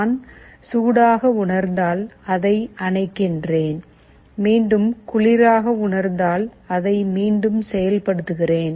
நான் சூடாக உணர்ந்தால் அதை அணைக்கிறேன் மீண்டும் குளிராக உணர்ந்தால் அதை மீண்டும் செயல் படுத்துகிறேன்